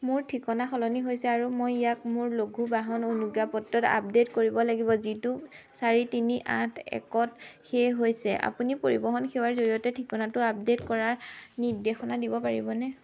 মোৰ ঠিকনা সলনি হৈছে আৰু মই ইয়াক মোৰ লঘু বাহন অনুজ্ঞাপত্ৰত আপডে'ট কৰিব লাগিব যিটো চাৰি তিনি আঠ একত শেহ হৈছে আপুনি পৰিবহণ সেৱাৰ জৰিয়তে ঠিকনাটো আপডে'ট কৰাৰ নিৰ্দেশনা দিব পাৰিবনে